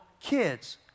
kids